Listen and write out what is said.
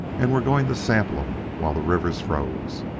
and we're goin' to sample em while the river's froze.